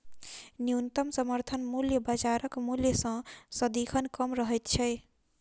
न्यूनतम समर्थन मूल्य बाजारक मूल्य सॅ सदिखन कम रहैत छै